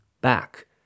back